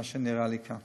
ממה שנראה לי כאן.